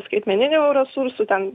skaitmeninių resursų ten